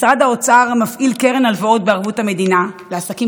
משרד האוצר מפעיל קרן הלוואות בערבות המדינה לעסקים